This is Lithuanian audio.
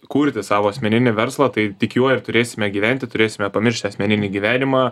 kurti savo asmeninį verslą tai tik juo ir turėsime gyventi turėsime pamiršti asmeninį gyvenimą